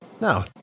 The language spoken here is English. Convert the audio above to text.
no